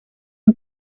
are